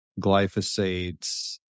glyphosate